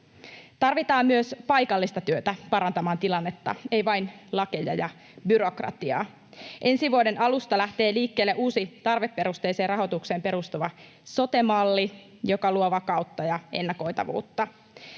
Tarvitaan myös paikallista työtä parantamaan tilannetta, ei vain lakeja ja byrokratiaa. Ensi vuoden alusta lähtee liikkeelle uusi tarveperusteiseen rahoitukseen perustuva sote-malli, joka luo vakautta ja ennakoitavuutta.